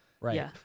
Right